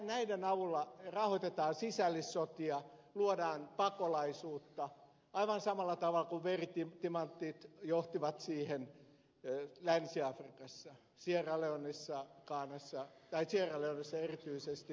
näiden avulla rahoitetaan sisällissotia luodaan pakolaisuutta aivan samalla tavalla kuin veritimantit johtivat siihen länsi afrikassa sierra leonessa ja erityisesti liberiassa ja niin edelleen